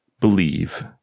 believe